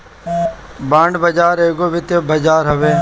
bond बाजार एगो वित्तीय बाजार हवे